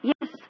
Yes